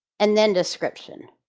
and then description.